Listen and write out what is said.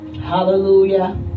Hallelujah